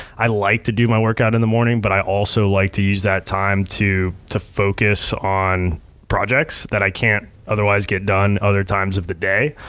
i like to do my workout in the morning, but i also like to use that time to to focus on projects that i can't otherwise get done other times of the day.